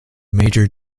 major